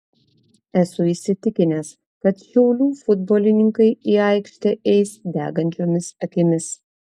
esu įsitikinęs kad šiaulių futbolininkai į aikštę eis degančiomis akimis